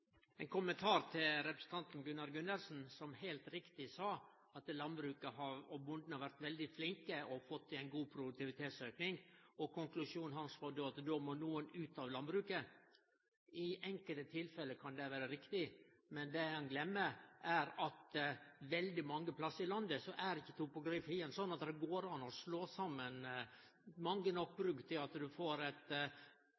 ein kommentar til representanten Gunnar Gundersen, som heilt riktig sa at landbruket og bonden har vore veldig flinke og fått til ein god produktivitetsauke. Konklusjonen hans var at då må nokon ut av landbruket. I enkelte tilfelle kan det vere riktig, men det han gløymer, er at veldig mange plassar i landet er ikkje topografien slik at det går an å slå saman mange nok